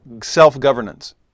self-governance